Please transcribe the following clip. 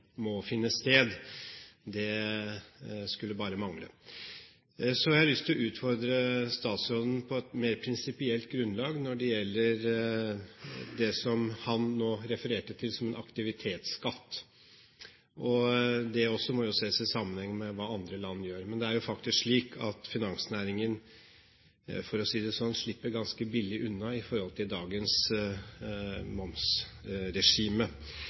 må finne sted. Det skulle bare mangle. Så har jeg lyst til å utfordre statsråden på et mer prinsipielt grunnlag – når det gjelder det som han nå refererte til som en aktivitetsskatt. Også det må ses i sammenheng med hva andre land gjør. Men det er jo faktisk slik at finansnæringen – for å si det slik – slipper ganske billig unna i forhold til dagens momsregime.